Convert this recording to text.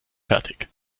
fertig